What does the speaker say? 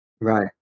Right